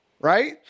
right